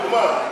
דוגמה,